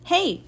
Hey